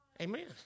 Amen